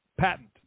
patent